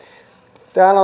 täällä